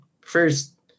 first